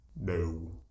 no